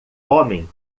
homem